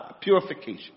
Purification